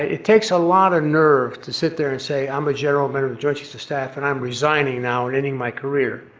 it takes a lot of nerve to sit there and say i'm a general but or a joint chief of staff and i'm resigning now and ending my career.